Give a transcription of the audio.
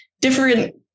different